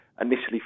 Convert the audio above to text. initially